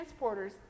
transporters